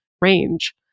range